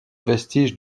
vestige